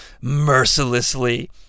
mercilessly